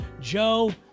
Joe